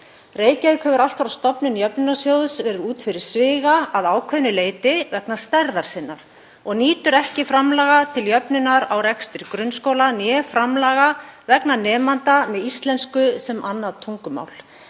Reykjavík hefur allt frá stofnun jöfnunarsjóðs verið fyrir utan sviga að ákveðnu leyti vegna stærðar sinnar og nýtur ekki framlaga til jöfnunar á rekstri grunnskóla né framlaga vegna nemenda með íslensku sem annað tungumál.